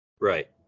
Right